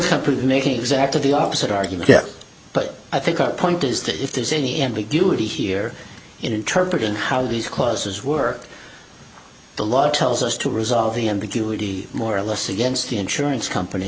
company making exactly the opposite argument but i think our point is that if there's any ambiguity here interpreted how these causes work the law tells us to resolve the ambiguity moralists against the insurance company